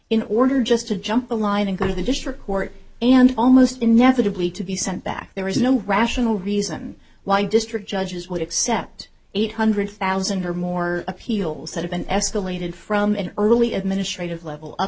in order just to jump the line and go to the district court and almost inevitably to be sent back there is no rational reason why district judges would accept eight hundred thousand or more appeals that have been escalated from an early administrative level up